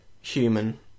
human